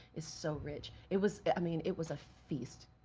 is so rich. it was, i mean, it was a feast,